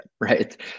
right